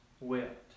wept